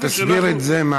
תסביר את זה.